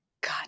God